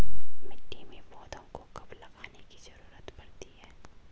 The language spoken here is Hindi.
मिट्टी में पौधों को कब लगाने की ज़रूरत पड़ती है?